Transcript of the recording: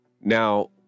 Now